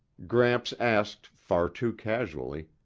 gramps asked, far too casually,